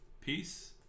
Peace